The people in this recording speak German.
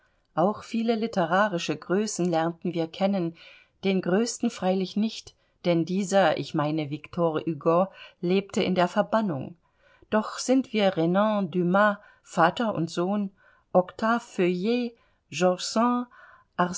auch viele litterarische größen lernten wir kennen den größten freilich nicht denn dieser ich meine viktor hugo lebte in der verbannung doch sind wir renan dumas vater und sohn octave